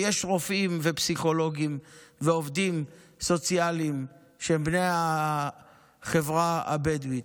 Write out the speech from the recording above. ויש רופאים ופסיכולוגים ועובדים סוציאליים שהם בני החברה הבדואית.